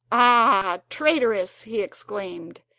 ah, traitress he exclaimed,